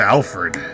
Alfred